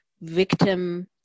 Victim